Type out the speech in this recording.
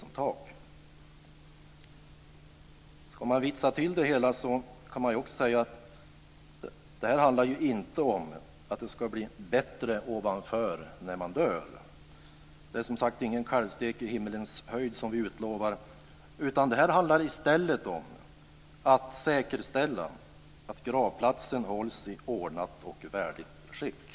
Man kan lite vitsigt säga att det här inte handlar om att det ska bli bättre ovanför när man dör. Vi utlovar inte någon kalvstek i himmelens höjd, utan det handlar om att säkerställa att gravplatsen hålls i ordnat och värdigt skick.